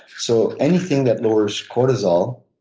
so anything that lowers cortisol